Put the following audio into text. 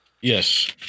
Yes